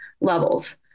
levels